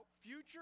future